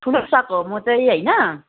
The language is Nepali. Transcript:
ठुलो सक हो म चाहिँ होइन